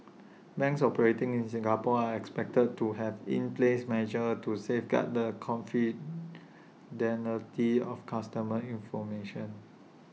banks operating in Singapore are expected to have in place measures to safeguard the of customer information